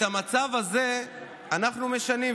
את המצב הזה אנחנו משנים.